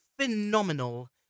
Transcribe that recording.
phenomenal